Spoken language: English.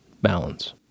balance